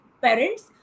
parents